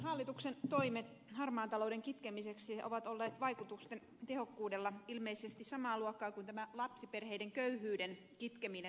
hallituksen toimet harmaan talouden kitkemiseksi ovat olleet vaikutusten tehokkuudelta ilmeisesti samaa luokkaa kuin lapsiperheiden köyhyyden kitkeminen